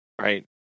right